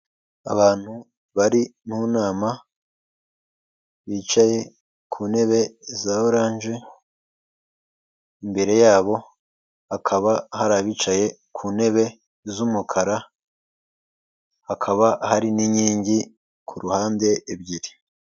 Abantu bari mu nama, bicaye ku ntebe za orange, imbere yabo hakaba hari abicaye ku ntebe z'umukara, hakaba hari n'inkingi ku ruhande ebyiri.